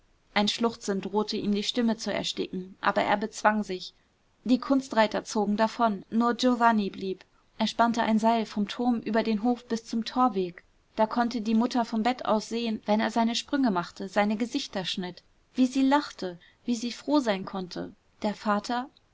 ein schluchzen drohte ihm die stimme zu ersticken aber er bezwang sich die kunstreiter zogen davon nur giovanni blieb er spannte ein seil vom turm über den hof bis zum torweg da konnte die mutter vom bett aus sehen wenn er seine sprünge machte seine gesichter schnitt wie sie lachte wie sie froh sein konnte der vater